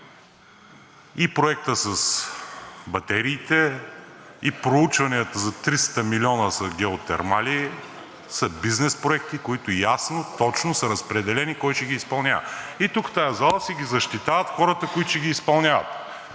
И проектът с батериите, и проучванията за 300 милиона за геотермали са бизнес проекти, които ясно и точно са разпределени за който ще ги изпълнява. Тук, в тази зала, си ги защитават хората, които ще ги изпълняват.